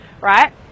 right